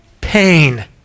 pain